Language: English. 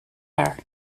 her